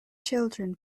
children